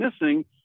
missing